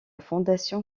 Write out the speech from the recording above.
fondation